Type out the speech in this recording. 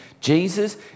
Jesus